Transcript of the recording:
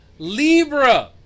Libra